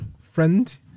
friend